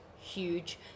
huge